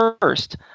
first